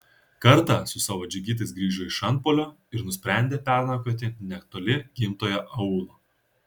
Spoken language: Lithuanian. kartą su savo džigitais grįžo iš antpuolio ir nusprendė pernakvoti netoli gimtojo aūlo